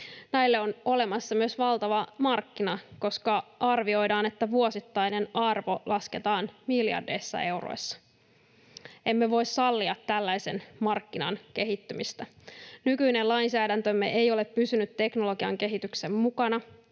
Näille on olemassa myös valtava markkina, koska arvioidaan, että vuosittainen arvo lasketaan miljardeissa euroissa. Emme voi sallia tällaisen markkinan kehittymistä. Nykyinen lainsäädäntömme ei ole pysynyt teknologian kehityksen mukana.